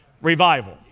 revival